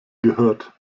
gehört